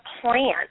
plan